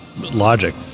logic